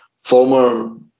former